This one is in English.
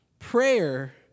Prayer